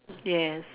yes